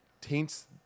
taints